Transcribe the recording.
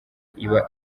iba